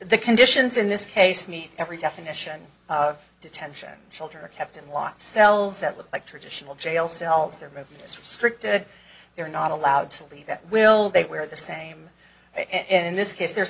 the conditions in this case need every definition of detention children are kept in locked cells that look like traditional jail cells their movement is restricted they're not allowed to leave at will they wear the same and in this case there's